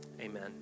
amen